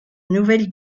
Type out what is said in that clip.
nouvelle